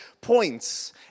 points